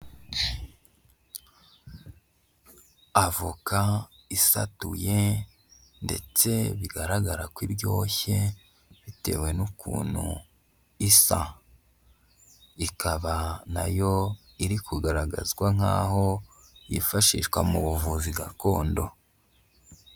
Avoka isatuye ndetse bigaragara ko iryoshye bitewe n'ukuntu isa, ikaba na yo iri kugaragazwa nkaho yifashishwa mu buvuzi gakondo.